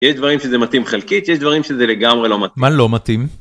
‫יש דברים שזה מתאים חלקית, ‫יש דברים שזה לגמרי לא מתאים. ‫-מה לא מתאים?